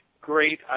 great